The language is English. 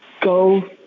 go